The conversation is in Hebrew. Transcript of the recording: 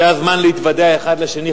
זה הזמן להתוודע אחד לשני,